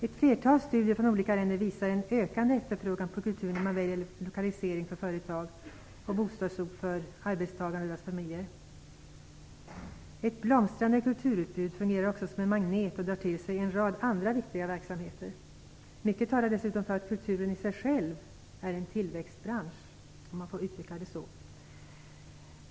Ett flertal studier från olika länder visar en ökande efterfrågan på kultur när man väljer lokalisering för företag och bostadsort för arbetstagarna och deras familjer. Ett blomstrande kulturutbud fungerar också som en magnet och drar till sig en rad andra viktiga verksamheter. Mycket talar dessutom för att kulturen i sig själv är en tillväxtbransch, om man får uttrycka det så.